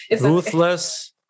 Ruthless